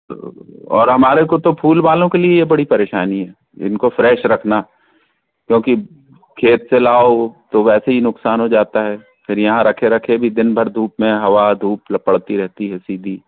और हमारे को तो फूल वालों के लिए ये बड़ी परेशानी है इनको फ्रेश रखना क्योंकि खेत से लाओ तो वैसे ही नुकसान हो जाता है फिर यहाँ रखे रखे भी दिन भर धूप में हवा धूप पड़ती रहती है सीधी